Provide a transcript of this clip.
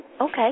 Okay